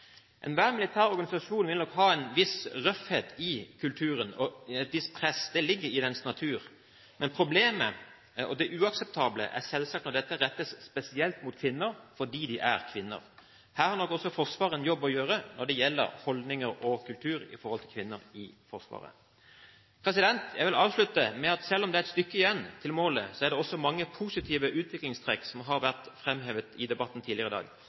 Enhver militær organisasjon vil nok ha en viss røffhet i kulturen og et visst press – det ligger i dens natur – men problemet og det uakseptable er selvsagt når dette rettes spesielt mot kvinner fordi de er kvinner. Her har nok også Forsvaret en jobb å gjøre når det gjelder holdninger og kultur hva gjelder kvinner i Forsvaret. Jeg vil avslutte med at selv om det er et stykke igjen til målet, er det også mange positive utviklingstrekk som har vært framhevet i debatten tidligere i dag.